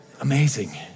Amazing